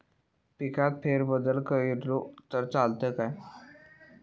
पिकात फेरबदल केलो तर चालत काय?